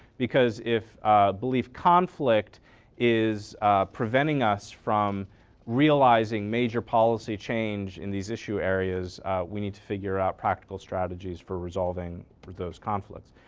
because if belief conflict is preventing us from realizing major policy change in these issue areas we need to figure out practical strategies for resolving those conflicts.